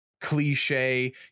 cliche